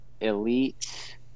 Elite